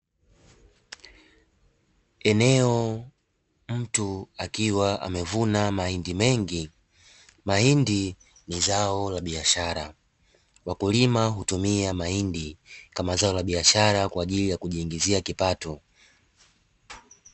Eneo mtu akiwa amevuna mahindi mengi. Mahindi ni zao la biashara, wakulima hutumia mahindi kama zao la biashara kwaajili ya kujiingizia kipato.